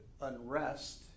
unrest